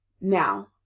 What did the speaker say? Now